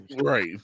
Right